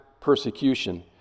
persecution